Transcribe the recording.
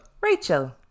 Rachel